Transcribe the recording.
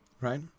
right